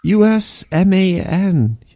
Usman